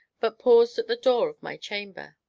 but paused at the door of my chamber.